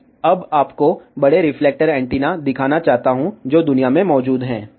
मैं अब आपको बड़े रिफ्लेक्टर एंटीना दिखाना चाहता हूं जो दुनिया में मौजूद हैं